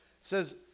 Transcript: says